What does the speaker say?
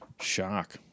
shock